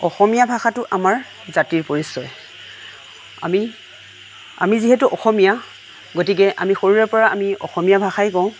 অসমীয়া ভাষাটো আমাৰ জাতিৰ পৰিচয় আমি আমি যিহেতু অসমীয়া গতিকে আমি সৰুৰে পৰা আমি অসমীয়া ভাষাই কওঁ